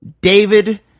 David